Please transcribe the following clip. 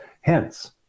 hence